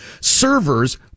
servers